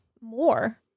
more